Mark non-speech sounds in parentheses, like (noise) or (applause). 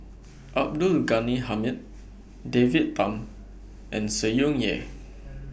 (noise) Abdul Ghani Hamid David Tham and Tsung Yeh